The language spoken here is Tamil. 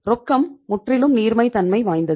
ரொக்கம் முற்றிலும் நீர்மை தன்மை வாய்ந்தது